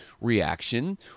reaction